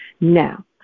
Now